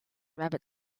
rabbit